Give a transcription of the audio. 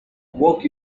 work